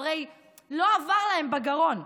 הוא הרי לא עבר להם בגרון.